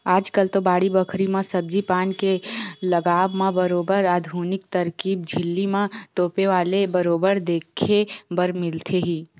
आजकल तो बाड़ी बखरी म सब्जी पान के लगावब म बरोबर आधुनिक तरकीब झिल्ली म तोपे वाले बरोबर देखे बर मिलथे ही